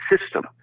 system